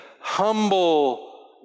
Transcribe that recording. humble